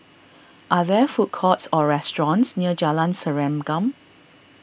are there food courts or restaurants near Jalan Serengam